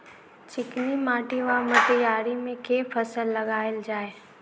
चिकनी माटि वा मटीयारी मे केँ फसल लगाएल जाए?